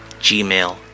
gmail